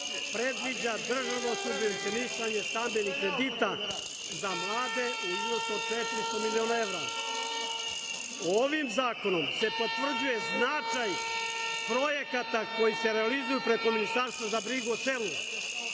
predviđa državno subvencionisanje stambenih kredita za mlade u iznosu od 15 miliona evra. Ovim zakonom se potvrđuje značaj projekata koji se realizuju preko Ministarstva za brigu o selu,